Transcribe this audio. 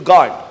God